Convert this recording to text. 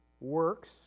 works